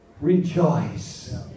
Rejoice